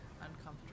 uncomfortable